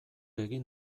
egin